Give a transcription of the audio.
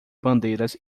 bandeiras